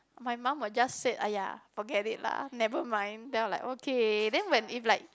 my mum will just said !aiya! forget it lah nevermind then I'm like okay then when if like